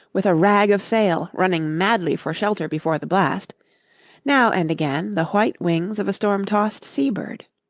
with a rag of sail, running madly for shelter before the blast now and again the white wings of a storm-tossed sea-bird.